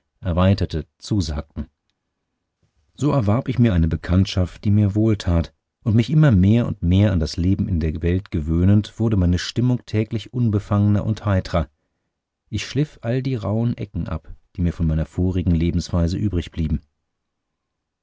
erweiterte zusagten so erwarb ich mir eine bekanntschaft die mir wohltat und mich immer mehr und mehr an das leben in der welt gewöhnend wurde meine stimmung täglich unbefangener und heitrer ich schliff all die rauhen ecken ab die mir von meiner vorigen lebensweise